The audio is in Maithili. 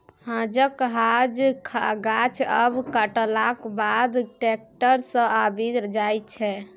हांजक हांज गाछ आब कटलाक बाद टैक्टर सँ आबि जाइ छै